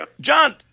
John